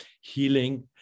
healing